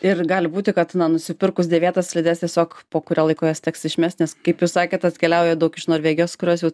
ir gali būti kad nusipirkus dėvėtas slides tiesiog po kurio laiko jas teks išmest nes kaip jūs sakėt atkeliauja daug iš norvegijos kurios jau